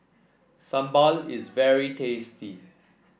sambal is very tasty